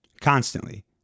constantly